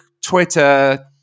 Twitter